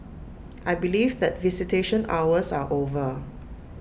I believe that visitation hours are over